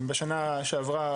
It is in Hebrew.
בשנה שעברה,